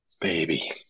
baby